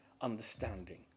understanding